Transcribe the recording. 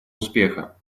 успеха